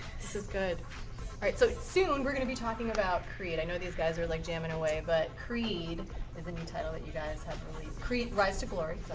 this is good. all right. so soon we're going to be talking about creed. i know these guys are like, jamming away. but creed is a new title that you guys have creed, rise to glory.